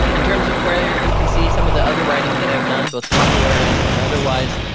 in terms of where you can see some of the other writing that i've done, both popular and and otherwise,